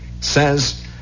says